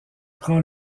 prend